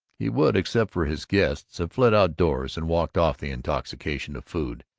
he would, except for his guests, have fled outdoors and walked off the intoxication of food,